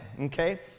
okay